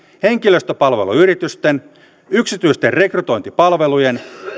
henkilöstöpalveluyritysten yksityisten rekrytointipalvelujen